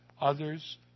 others